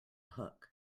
hook